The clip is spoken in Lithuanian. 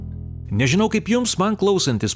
nežinau kaip jums man klausantis